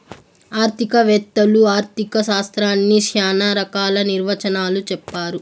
ఆర్థిక వేత్తలు ఆర్ధిక శాస్త్రాన్ని శ్యానా రకాల నిర్వచనాలు చెప్పారు